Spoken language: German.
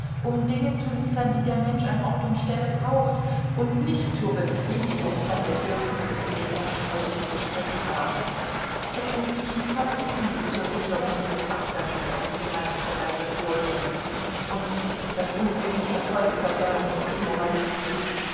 um dinge zu liefern die der mensch an ort und stelle braucht und nicht zur befriedigung von bedürfnissen die den menschen heute so geschwächt haben es sind nicht die fabriken die zur sicherung ihres absatzes auf die gemeinste weise vorgehen und das unglückliche volk verderben und demoralisieren